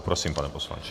Prosím, pane poslanče.